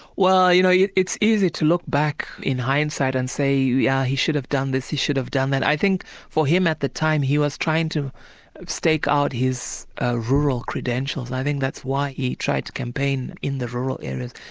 well you know yeah it's easy to look back in hindsight and say yeah he should have done this, he should have done that, i think for him at the time he was trying to stake out his ah rural credentials, and i think that's why he tried to campaign in the rural areas.